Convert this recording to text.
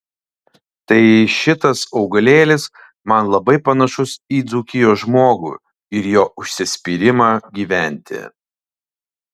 tai šitas augalėlis man labai panašus į dzūkijos žmogų ir jo užsispyrimą gyventi